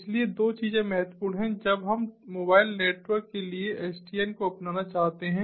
इसलिए दो चीजें महत्वपूर्ण हैं जब हम मोबाइल नेटवर्क के लिए एसडीएन को अपनाना चाहते हैं